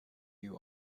you